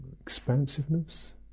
Expansiveness